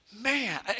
man